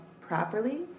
properly